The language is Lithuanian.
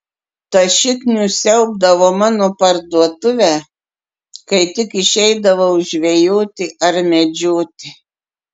tas šiknius siaubdavo mano parduotuvę kai tik išeidavau žvejoti ar medžioti